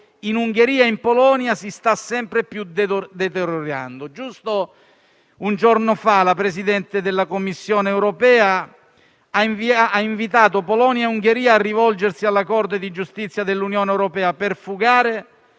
in Ungheria e in Polonia si sta sempre più deteriorando. Giusto un giorno fa la presidente della Commissione europea ha invitato Polonia e Ungheria a rivolgersi alla Corte di giustizia dell'Unione europea per fugare